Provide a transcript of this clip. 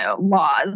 laws